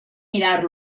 mirar